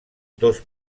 dos